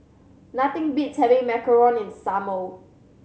nothing beats having macaron in the summer